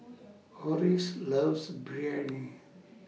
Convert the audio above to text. Orris loves Biryani